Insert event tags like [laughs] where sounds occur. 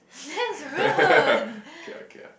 [laughs] okay ah okay ah